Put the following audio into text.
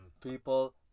people